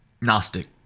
Gnostic